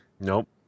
Nope